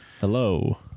Hello